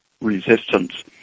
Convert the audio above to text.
resistance